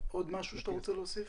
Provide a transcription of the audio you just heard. עוד משהו שאתה רוצה להוסיף?